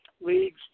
leagues